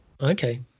Okay